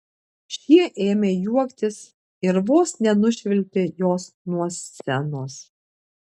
šie ėmė juoktis ir vos nenušvilpė jos nuo scenos